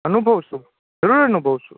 અનુભવ શું જરૂર અનુભવ શુ